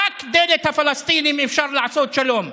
רק דרך הפלסטינים אפשר לעשות שלום.